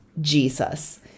Jesus